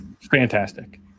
Fantastic